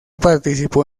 participó